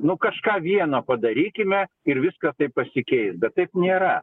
nu kažką vieno padarykime ir viskas taip pasikeis bet taip nėra